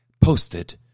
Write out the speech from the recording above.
posted